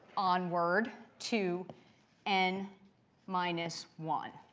onward to n minus one.